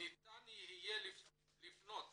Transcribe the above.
ניתן יהיה לפנות